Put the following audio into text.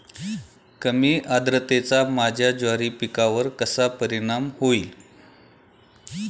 कमी आर्द्रतेचा माझ्या ज्वारी पिकावर कसा परिणाम होईल?